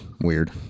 weird